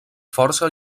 força